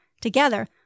Together